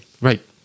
Right